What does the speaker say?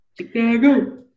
Chicago